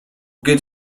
geht